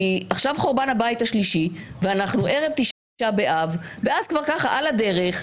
כי עכשיו חורבן הבית שלישי ואנחנו ערב תשעה באב ואז כבר ככה על הדרך,